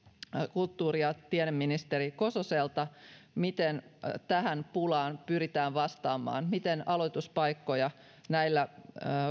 kulttuuri ja tiedeministeri kososelta miten tähän pulaan pyritään vastaamaan miten aloituspaikkoja näillä